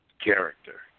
character